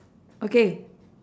okay